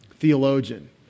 theologian